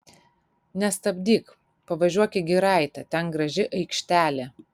nestabdyk pavažiuok į giraitę ten graži aikštelė